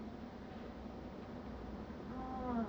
well